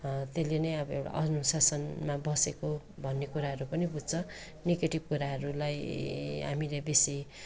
त्यसले नै अब एउटा अनुशासनमा बसेको भन्ने कुराहरू पनि बुझ्छ नेगेटिभ कुराहरूलाई हामीले बेसी